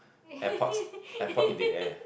airport airport in the air